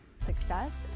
Success